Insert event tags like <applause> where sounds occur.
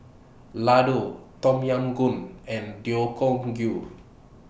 Ladoo Tom Yam Goong and <unintelligible> Gui